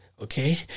okay